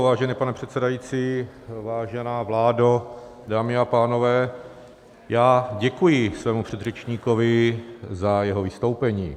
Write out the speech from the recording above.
Vážený pane předsedající, vážená vládo, dámy a pánové, děkuji svému předřečníkovi za jeho vystoupení.